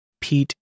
pete